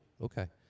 Okay